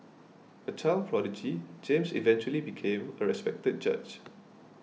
a child prodigy James eventually became a respected judge